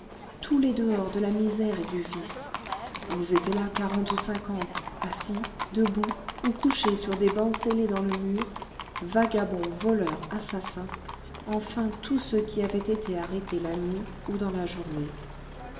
tous les dehors de la misère et du vice ils étaient là quarante ou cinquante assis debout ou couchés sur des bancs scellés dans le mur vagabonds voleurs assassins enfin tous ceux qui avaient été arrêtés la nuit ou dans la journée